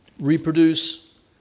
reproduce